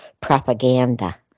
propaganda